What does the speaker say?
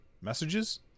messages